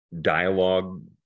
dialogue